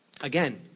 Again